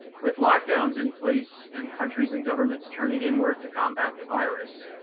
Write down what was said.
with lock downs in place and countries and governments turning inward to combat the virus,